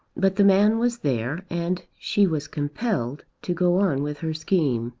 but the man was there and she was compelled to go on with her scheme